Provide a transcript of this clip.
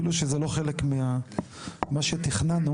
אפילו שזה לא חלק ממש שתכננו,